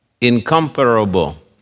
Incomparable